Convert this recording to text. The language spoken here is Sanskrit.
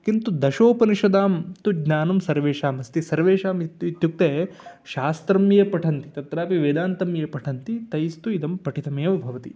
किन्तु दशोपनिषदां तु ज्ञानं सर्वेषाम् अस्ति सर्वेषाम् इत् इत्युक्ते शास्त्रं ये पठन्ति तत्रपि वेदान्तं ये पठन्ति तैस्तु इदं पठितमेव भवति